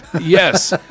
Yes